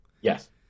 Yes